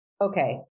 Okay